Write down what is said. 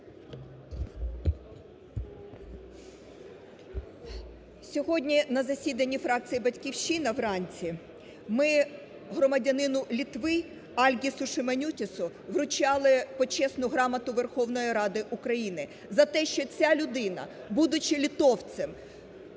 Сьогодні на засіданні фракції "Батьківщина" вранці ми громадянину Литви Альгісу Шиманютісу вручали Почесну грамоту Верховної Ради України за те, що ця людина, будучи литовцем,